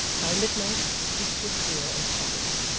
by midnight, the streets were clear and quiet,